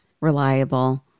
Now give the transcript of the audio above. reliable